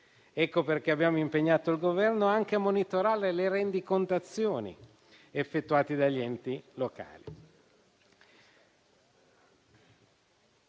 Ecco perché abbiamo impegnato il Governo anche a monitorare le rendicontazioni effettuate dagli enti locali.